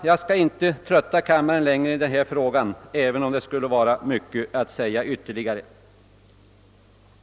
Jag skall inte trötta kammaren längre i denna fråga, även om det skulle vara mycket att säga ytterligare.